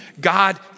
God